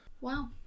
Wow